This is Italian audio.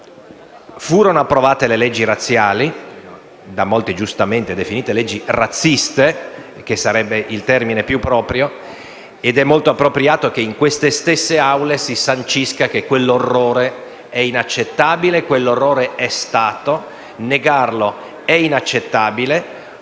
furono approvate le leggi razziali, da molti giustamente definite leggi razziste (che sarebbe il termine più proprio), ed è pertanto molto appropriato che in queste stesse Aule si sancisca che quell'orrore è inaccettabile e che quell'orrore è stato e negarlo è inaccettabile.